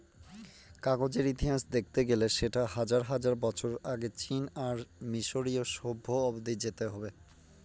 কাগজের ইতিহাস দেখতে গেলে সেটা হাজার হাজার বছর আগে চীন আর মিসরীয় সভ্য অব্দি যেতে হবে